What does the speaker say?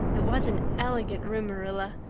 it was an elegant room, marilla,